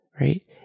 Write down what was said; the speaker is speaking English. right